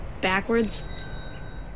backwards